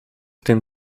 tym